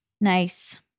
Nice